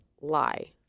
lie